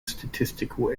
statistical